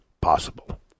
possible